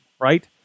Right